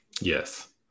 Yes